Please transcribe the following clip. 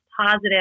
positive